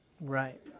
Right